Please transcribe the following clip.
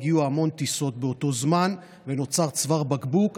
הגיעו המון טיסות באותו זמן ונוצר צוואר בקבוק.